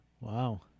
Wow